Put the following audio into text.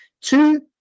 two